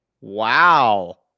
Wow